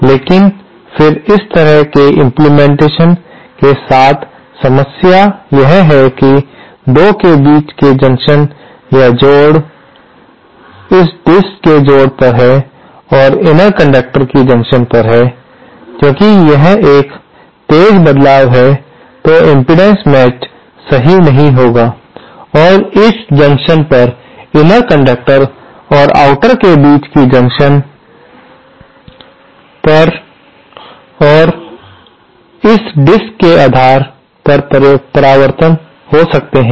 लेकिन फिर इस तरह के इम्प्लीमेंटेशन के साथ समस्या यह है कि 2 के बीच की जंक्शन या जोड़ इस डिस्क के जोड़ पर है और इनर कंडक्टर की जंक्शन पर है क्योंकि यह एक तेज बदलाव है तो इम्पीडेन्स मेचड़ सही नहीं होगा और इस जंक्शन पर इनर कंडक्टर और आउटर के बीच की जंक्शन पर और इस डिस्क के आधार पर परावर्तन हो सकते हैं